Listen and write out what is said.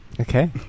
okay